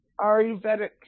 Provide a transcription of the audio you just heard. Ayurvedic